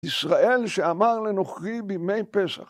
ישראל שאמר לנוכרי בימי פסח.